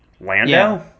Lando